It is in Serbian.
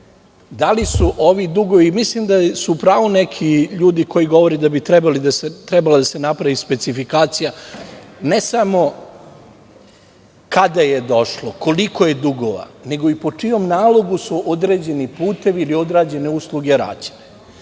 da prokomentarišemo. Mislim da su u pravu neki ljudi koji govore da bi trebala da se napravi specifikacija, ne samo kada je došlo, koliko je dugova, nego i po čijem nalogu su određeni putevi ili određene usluge rađene.